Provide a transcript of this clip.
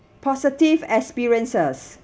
positive experiences